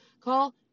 call